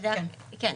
כן.